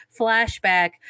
flashback